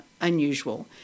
unusual